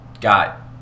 got